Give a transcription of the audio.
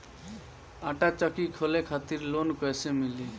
आटा चक्की खोले खातिर लोन कैसे मिली?